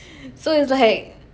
so it's like